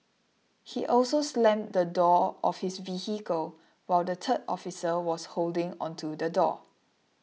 he also slammed the door of his vehicle while the third officer was holding onto the door